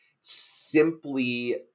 simply